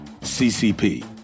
ccp